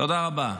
תודה רבה.